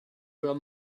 were